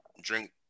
drink